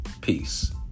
Peace